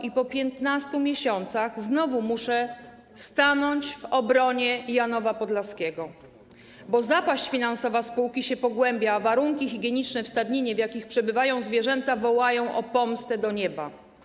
I po 15 miesiącach znowu muszę stanąć w obronie Janowa Podlaskiego, bo zapaść finansowa spółki się pogłębia, a warunki higieniczne w stadninie, w jakich przebywają zwierzęta, wołają o pomstę do nieba.